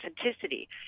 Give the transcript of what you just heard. authenticity